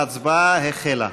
ההצבעה החלה.